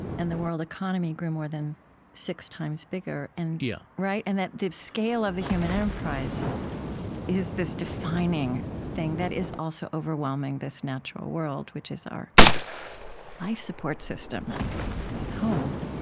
and the world economy grew more than six times bigger. and yeah and that the scale of the human enterprise is this defining thing that is also overwhelming this natural world, which is our life support system and home